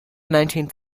nineteenth